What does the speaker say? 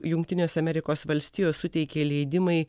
jungtinės amerikos valstijos suteikė leidimą į